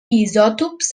isòtops